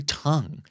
tongue